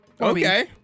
Okay